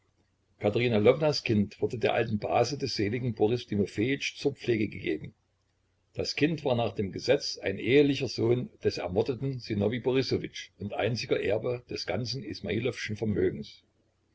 katerina lwownas kind wurde der alten base des seligen boris timofejitsch zur pflege gegeben das kind war nach dem gesetz ein ehelicher sohn des ermordeten sinowij borissowitsch und einziger erbe des ganzen ismailowschen vermögens